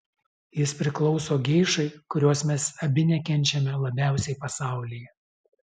jis priklauso geišai kurios mes abi nekenčiame labiausiai pasaulyje